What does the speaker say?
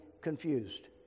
confused